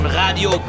radio